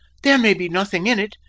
there may be nothing in it,